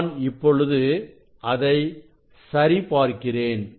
நான் இப்பொழுது அதை சரி பார்க்கிறேன்